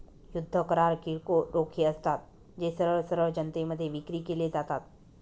युद्ध करार किरकोळ रोखे असतात, जे सरळ सरळ जनतेमध्ये विक्री केले जातात